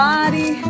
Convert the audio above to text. Body